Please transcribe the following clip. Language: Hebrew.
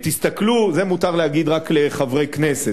תסתכלו, את זה מותר להגיד רק לחברי כנסת.